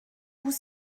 vous